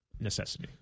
necessity